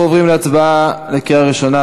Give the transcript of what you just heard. אנחנו עוברים להצבעה בקריאה ראשונה,